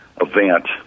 event